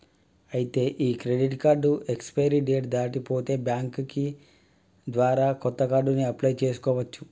ఐతే ఈ credit card expiry date దాటి పోతే బ్యాంక్ ద్వారా కొత్త కార్డుని అప్లయ్ చేసుకోవచ్చు